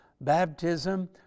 baptism